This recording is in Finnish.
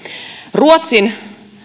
ruotsin